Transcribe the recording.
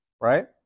right